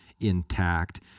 intact